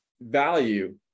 value